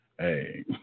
hey